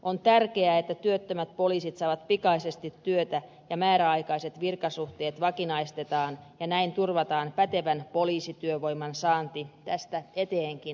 on tärkeää että työttömät poliisit saavat pikaisesti työtä ja määräaikaiset virkasuhteet vakinaistetaan ja näin turvataan pätevän poliisityövoiman saanti tästä eteenkinpäin